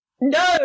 no